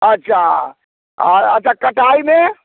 अच्छा अऽ अच्छा कटाइमे